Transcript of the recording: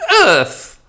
earth